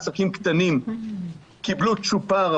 עסקים קטנים קיבלו צ'ופר,